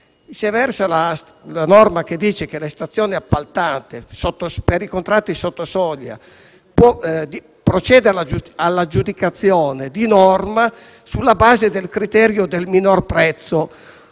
riguarda la norma che prevede che la stazione appaltante per i contratti sotto soglia possa procedere all'aggiudicazione di norma, sulla base del criterio del minor prezzo,